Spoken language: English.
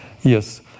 Yes